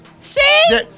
See